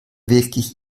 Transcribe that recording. wirklich